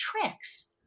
tricks